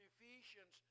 Ephesians